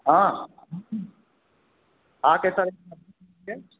हाँ आके सर